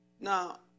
Now